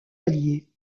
alliées